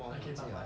okay but what